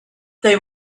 they